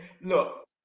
look